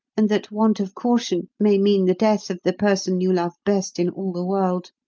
and that want of caution may mean the death of the person you love best in all the world.